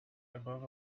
above